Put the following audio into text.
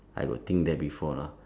I will think that before lah